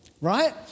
right